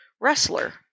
wrestler